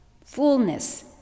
fullness